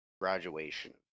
graduation